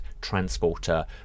Transporter